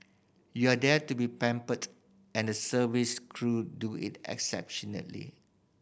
you are there to be pampered and the service crew do it